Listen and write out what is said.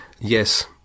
Yes